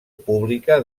pública